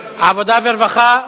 עבודה ורווחה.